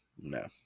No